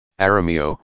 Aramio